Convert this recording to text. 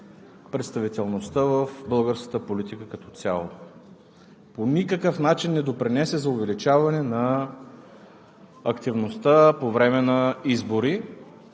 представителността в българската политика като цяло. По никакъв начин не допринесе за увеличаване на активността по време на избори